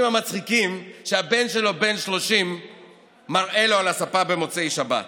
המצחיקים שהבן שלו בן ה-30 מראה לו על הספה במוצאי שבת.